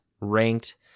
ranked